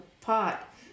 pot